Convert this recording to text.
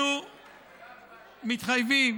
מתחייבים